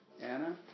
Anna